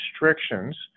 restrictions